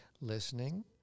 listening